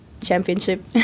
championship